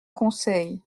conseil